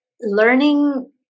Learning